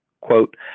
Quote